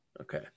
okay